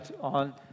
on